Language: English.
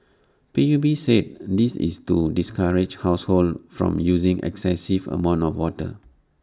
P U B said this is to discourage households from using excessive amounts of water